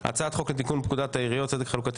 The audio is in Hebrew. הצעת חוק לתיקון פקודת העיריות (צדק חלוקתי